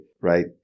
right